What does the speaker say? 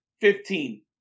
Fifteen